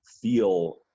feel